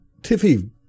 tiffy